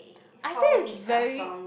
I think is very